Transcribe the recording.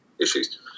issues